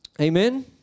Amen